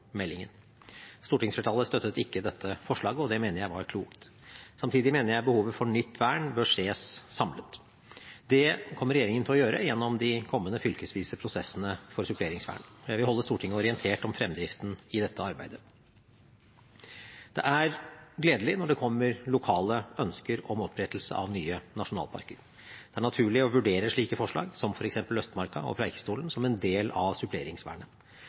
Stortingsflertallet støttet ikke dette forslaget, og det mener jeg var klokt. Samtidig mener jeg behovet for nytt vern bør ses samlet. Det kommer regjeringen til å gjøre gjennom de kommende fylkesvise prosessene for suppleringsvern. Jeg vil holde Stortinget orientert om fremdriften i dette arbeidet. Det er gledelig når det kommer lokale ønsker om opprettelse av nye nasjonalparker. Det er naturlig å vurdere slike forslag, som f.eks. Østmarka og Preikestolen, som en del av suppleringsvernet.